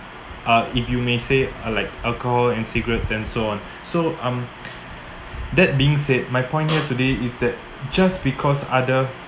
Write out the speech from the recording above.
uh if you may say uh like alcohol and cigarettes and so on so um that being said my point here today is that just because other